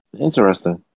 interesting